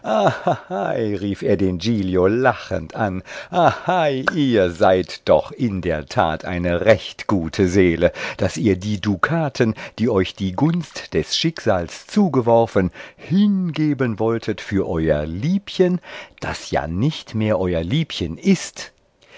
rief er den giglio lachend an ei ihr seid doch in der tat eine recht gute seele daß ihr die dukaten die euch die gunst des schicksals zugeworfen hingeben wolltet für euer liebchen das ja nicht mehr euer liebchen ist